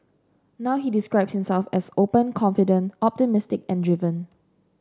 now he describes himself as open confident optimistic and driven